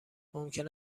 ممکن